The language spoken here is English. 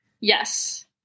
Yes